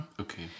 Okay